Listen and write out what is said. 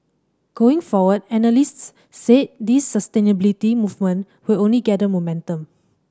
going forward analysts said this sustainability movement will only gather momentum